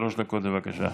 שלוש דקות, בבקשה.